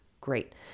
great